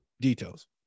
details